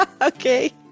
Okay